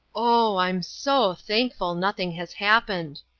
oh, i'm so thankful nothing has happened!